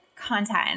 content